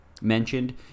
mentioned